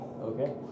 okay